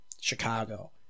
Chicago